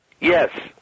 Yes